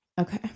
Okay